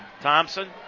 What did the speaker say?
Thompson